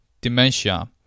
dementia